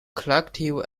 collective